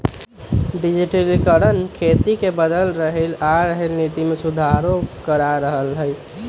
डिजटिलिकरण खेती के बदल रहलई ह आ नीति में सुधारो करा रह लई ह